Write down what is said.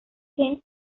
tend